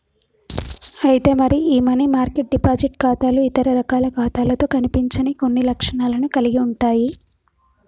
అయితే మరి ఈ మనీ మార్కెట్ డిపాజిట్ ఖాతాలు ఇతర రకాల ఖాతాలతో కనిపించని కొన్ని లక్షణాలను కలిగి ఉంటాయి